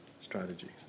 strategies